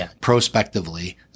prospectively